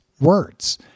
words